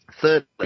Thirdly